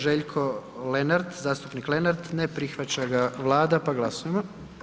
Željko Lenart, zastupnik Lenart, ne prihvaća ga Vlada, pa glasujmo.